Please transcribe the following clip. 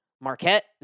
Marquette